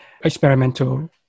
experimental